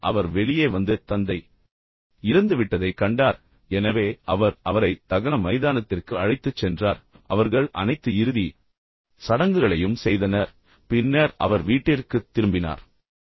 ஒரு நாள் அவர் வெளியே வந்து தந்தை இறந்துவிட்டதைக் கண்டார் எனவே அவர் அவரை தகன மைதானத்திற்கு அழைத்துச் சென்றார் அவர்கள் அனைத்து இறுதி சடங்குகளையும் செய்தனர் பின்னர் அவர் வீட்டிற்கு திரும்பினார்